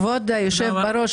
כבוד היושב-ראש,